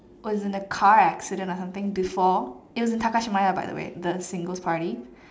was in a car accident or something before it was in Takashimaya by the way the singles party